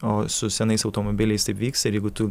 o su senais automobiliais taip vyks ir jeigu tu